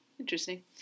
Interesting